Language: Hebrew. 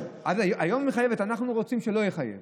היום היא מחייבת ואנחנו רוצים שלא תחייב,